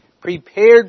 prepared